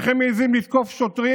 איך הם מעיזים לתקוף שוטרים.